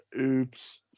Oops